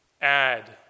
add